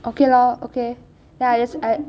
okay lor okay then ~